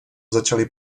začali